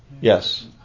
Yes